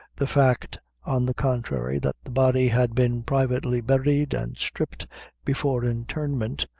the fact, on the contrary, that the body had been privately buried and stripped before interment,